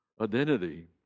identity